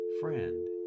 friend